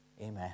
Amen